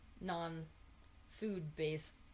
non-food-based